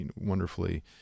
wonderfully